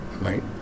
right